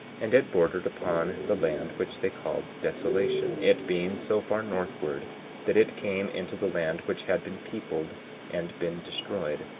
and it bordered upon the land which they called desolation, it being so far northward that it came into the land which had been peopled and been destroyed,